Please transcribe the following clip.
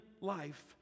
life